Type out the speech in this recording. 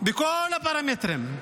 בכל הפרמטרים,